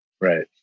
Right